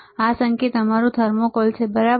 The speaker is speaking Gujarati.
આ સંકેત મારું થર્મોકોલ છે બરાબર